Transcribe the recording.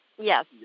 Yes